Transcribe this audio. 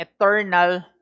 eternal